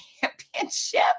championship